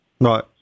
right